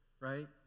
right